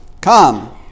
Come